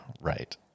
Right